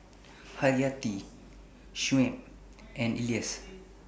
Hayati Shuib and Elyas